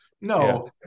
No